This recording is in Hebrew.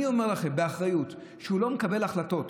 אני אומר לכם באחריות שהוא לא מקבל החלטות